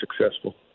successful